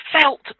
felt